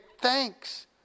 thanks